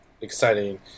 exciting